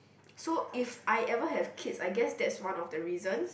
so if I ever have kids I guess that's one of the reasons